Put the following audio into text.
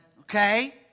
Okay